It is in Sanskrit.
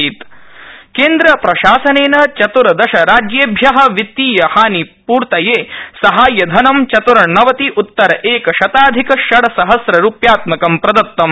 वित्तीयसाहाय्यम् केन्द्रप्रशासनेन चत्र्दशराज्येभ्य वित्तीयहानिपूर्तये साहाय्यधनं चत्र्णवति उत्तर एकशताधिक षड्सहस्ररूप्यात्मकं प्रदत्तम्